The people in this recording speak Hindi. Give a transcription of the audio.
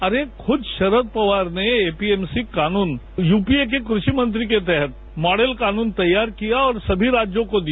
अरे खुद शरद पवार ने एपीएमसी कानून यूपीए के कृषि मंत्री के तहत मॉडल कानून तैयार किया और सभी राज्यों को दिया